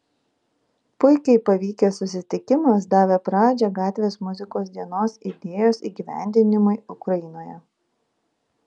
puikiai pavykęs susitikimas davė pradžią gatvės muzikos dienos idėjos įgyvendinimui ukrainoje